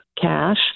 cash